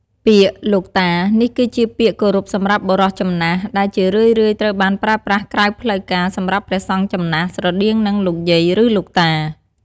ពាក្យ លោកតា នេះគឺជាពាក្យគោរពសម្រាប់បុរសចំណាស់ ដែលជារឿយៗត្រូវបានប្រើប្រាស់ក្រៅផ្លូវការសម្រាប់ព្រះសង្ឃចំណាស់ ស្រដៀងនឹង "លោកយាយ" ឬ "លោកតា"។